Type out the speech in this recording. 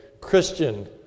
Christian